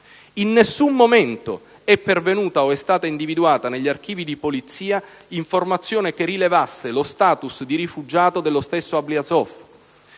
In nessun momento è pervenuta o è stata individuata negli archivi di polizia informazione che rilevasse lo *status* di rifugiato dello stesso Ablyazov.